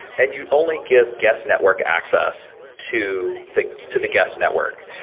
and you only give guest network access to the to the guest network.